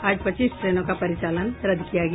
आज पच्चीस ट्रेनों का परिचालन रद्द किया गया